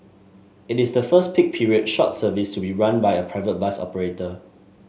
it is the first peak period short service to be run by a private bus operator